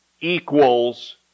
equals